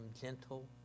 gentle